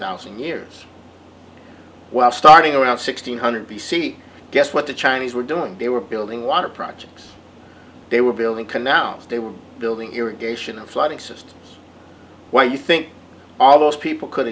thousand years well starting around six hundred b c guess what the chinese were doing they were building water projects they were building canals they were building irrigation and flooding systems why do you think all those people could